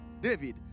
David